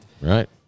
Right